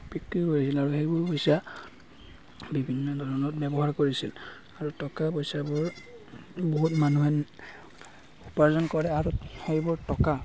বিক্ৰী কৰিছিল আৰু সেইবোৰ পইচা বিভিন্ন ধৰণত ব্যৱহাৰো কৰিছিল আৰু টকা পইচাবোৰ বহুত মানুহে উপাৰ্জন কৰে আৰু সেইবোৰ টকা